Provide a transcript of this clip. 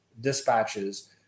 dispatches